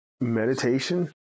Meditation